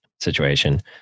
situation